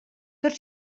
tot